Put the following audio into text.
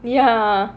ya